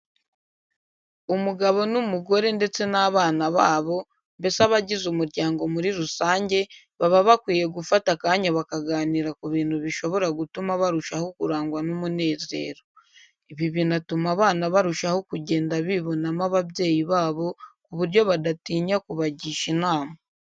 Umugabo n'umugore ndetse n'abana babo, mbese abagize umuryango muri rusange, baba bakwiye gufata akanya bakaganira ku bintu bishobora gutuma barushaho kurangwa n'umunezero. Ibi binatuma abana barushaho kugenda bibonamo ababyeyi babo ku buryo badatinya kubagisha inama.